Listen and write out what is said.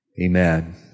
amen